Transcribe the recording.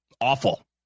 awful